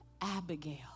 Abigail